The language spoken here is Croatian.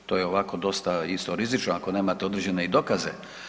To je ovako dosta isto rizično ako nemate određene i dokaze.